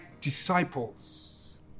disciples